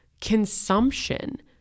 consumption